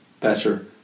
better